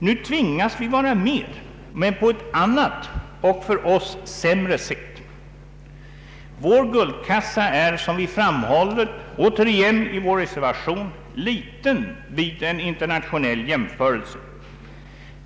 Nu tvingas vi vara med, men på ett annat och för oss sämre sätt. Vår guldkassa är, som vi framhåller återigen i vår reservation, liten vid en internationell jämförelse.